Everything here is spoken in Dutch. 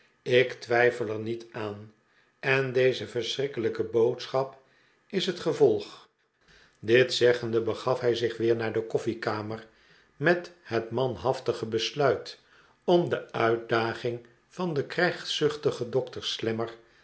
ik twijfel er niet aan en deze verschrikkelijke boodschap is het gevolg dit zeggende begaf hij zich weer naar de koffiekamer met het manhaftig besluit om de uitdaging van den krijgszuchtigen dokter slammer